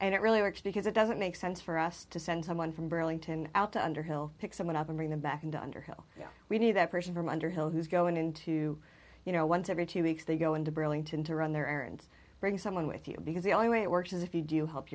and it really works because it doesn't make sense for us to send someone from burlington out to underhill pick someone up and bring them back into underhill yeah we need that person from underhill who's going into you know once every two weeks they go into burlington to run their errands bring someone with you because the only way it works is if you do